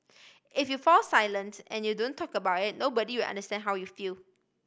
if you fall silent and you don't talk about it nobody will understand how you feel